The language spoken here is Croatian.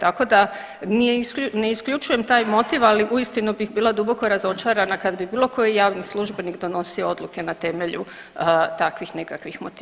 Tako da ne isključujem taj motiv, ali uistinu bih bila duboko razočarana kada bi bilo koji javni službenik donosio odluke na temelju takvih nekakvih motiva.